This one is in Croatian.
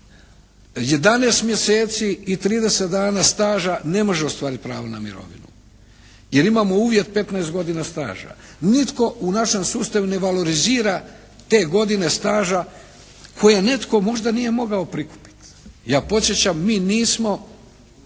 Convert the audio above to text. mjeseci i 30 dana staža ne može ostvariti pravo na mirovinu jer imamo uvjet 15 godina staža. Nitko u našem sustavu ne valorizira te godine staža koje netko možda nije mogao prikupiti. Ja podsjećam mi nismo